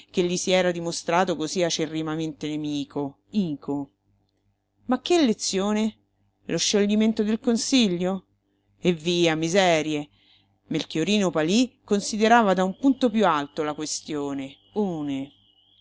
che gli si era dimostrato cosí acerrimamente nemico ico ma che lezione lo scioglimento del consiglio eh via miserie melchiorino palí considerava da un punto piú alto la questione one